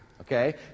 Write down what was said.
okay